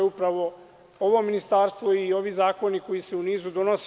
Upravo ovo ministarstvo i ovi zakoni koji se u niz donose.